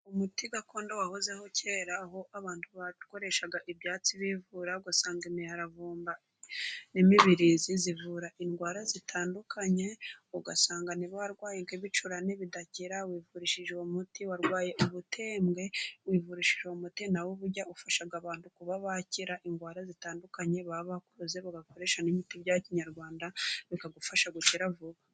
Umuti gakondo wahozeho kera aho abantu bakoreshaga ibyatsi bivura ugasanga imiharavumba n'imibirizi zivura indwara zitandukanye, ugasanga niba warwayi ibicurane bidakira wivurishije uwo muti, warwaye ubutembwe wivurishije muti, naho burya ufasha abantu kuba bakira indwara zitandukanye, baba bakuze bagakoresha n'imiti bya kinyarwanda bikagufasha gukira vuba.